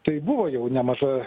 tai buvo jau nemaža